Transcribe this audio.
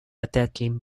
attacking